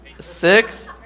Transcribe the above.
six